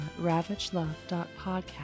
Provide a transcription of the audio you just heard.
ravagelove.podcast